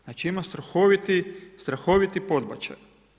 Znači ima strahoviti podbačaj.